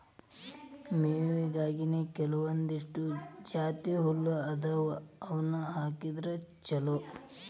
ಮೇವಿಗಾಗಿನೇ ಕೆಲವಂದಿಷ್ಟು ಜಾತಿಹುಲ್ಲ ಅದಾವ ಅವ್ನಾ ಹಾಕಿದ್ರ ಚಲೋ